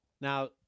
now